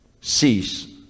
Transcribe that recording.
cease